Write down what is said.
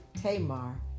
Tamar